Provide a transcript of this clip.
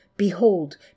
behold